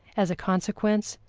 as a consequence,